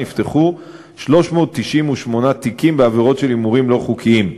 נפתחו 398 תיקים בעבירות של הימורים לא חוקיים.